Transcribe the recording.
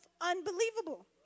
unbelievable